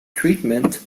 treatment